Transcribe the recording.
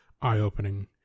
eye-opening